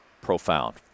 profound